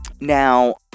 Now